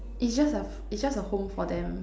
it's just a it's just a home for them